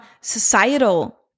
societal